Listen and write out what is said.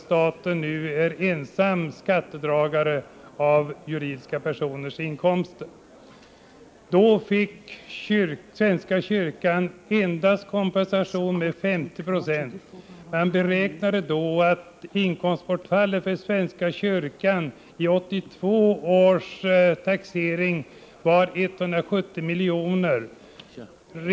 Staten är nu ensam skattedragare när det gäller juridiska personers inkomster. Tidigare fick svenska kyrkan 50 96 kompensation. Man beräknade att inkomstbortfallet för svenska kyrkan i 1982 års taxering var 170 milj.kr.